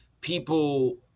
people